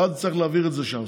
ואז נצטרך להעביר את זה שם.